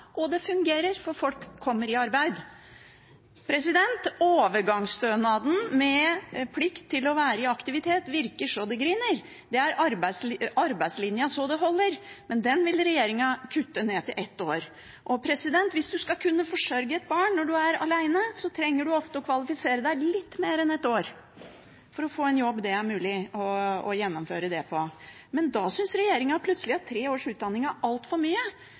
og det fungerer, for folk kommer i arbeid. Overgangsstønaden med plikt til å være i aktivitet virker så det griner, det er arbeidslinja så det holder, men den vil regjeringen kutte ned til ett år. Hvis man skal kunne forsørge et barn når man er alene, trenger man ofte å kvalifisere seg i litt mer enn ett år for å få en jobb det er mulig å gjennomføre det med. Da synes regjeringen plutselig at tre års utdanning er altfor mye.